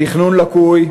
התכנון לקוי,